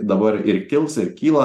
dabar ir kils ir kyla